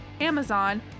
Amazon